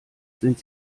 sind